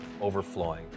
overflowing